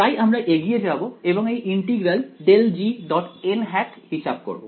তাই আমরা এগিয়ে যাব এবং এই ইন্টিগ্রাল ∇g হিসাব করবো